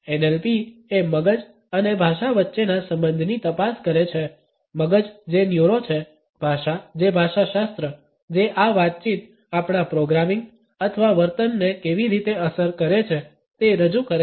NLPએ મગજ અને ભાષા વચ્ચેના સંબંધની તપાસ કરે છે મગજ જે ન્યુરો છે ભાષા જે ભાષાશાસ્ત્ર જે આ વાતચીત આપણા પ્રોગ્રામિંગ અથવા વર્તનને કેવી રીતે અસર કરે છે તે રજૂ કરે છે